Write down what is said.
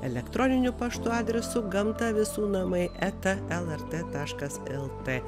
elektroniniu paštu adresu gamta visų namai eta lrt taškas lt